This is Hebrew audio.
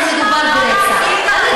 אז מדובר ברצח.